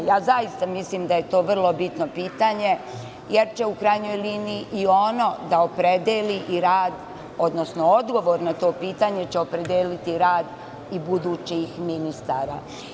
Zaista mislim da je to vrlo bitno pitanje, jer će u krajnjoj liniji i ono da opredeli i rad odnosno odgovor na to pitanje će opredeliti rad i budućih ministara.